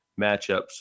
matchups